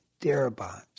Darabont